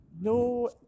No